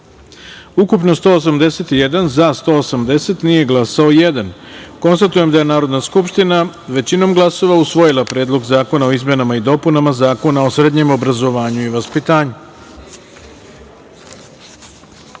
ukupno – 181, za – 180, nije glasao – jedan. Konstatujem da je Narodna skupština većinom glasova usvojila Predlog zakona o izmenama i dopunama Zakona o srednjem obrazovanju i vaspitanju. Druga